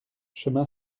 chemin